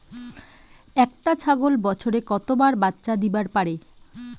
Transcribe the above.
একটা ছাগল বছরে কতবার বাচ্চা দিবার পারে?